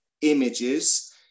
images